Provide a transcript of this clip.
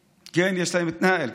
כן, יש להם את נאיל.